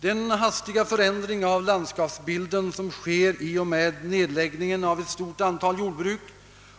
Den hastiga förändring av landskapsbilden som sker i och med nedläggningen av ett stort antal jordbruk